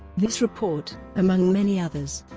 this report, among many others,